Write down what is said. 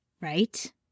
Right